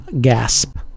gasp